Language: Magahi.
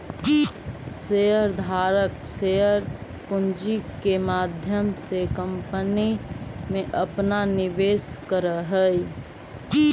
शेयर धारक शेयर पूंजी के माध्यम से कंपनी में अपना निवेश करऽ हई